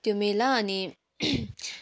त्यो मेला अनि